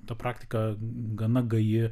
ta praktika gana gaji